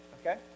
okay